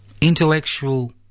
intellectual